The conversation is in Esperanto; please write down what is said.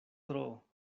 tro